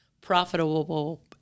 profitable